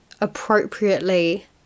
appropriately